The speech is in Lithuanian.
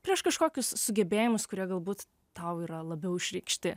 prieš kažkokius sugebėjimus kurie galbūt tau yra labiau išreikšti